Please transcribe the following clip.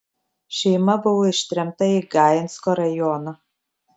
šeima buvo ištremta į gainsko rajoną